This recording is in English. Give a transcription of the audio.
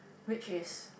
which is